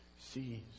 sees